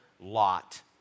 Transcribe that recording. lot